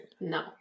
No